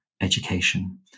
education